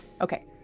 Okay